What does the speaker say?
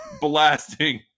blasting